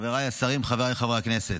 חבריי השרים, חבריי חברי הכנסת,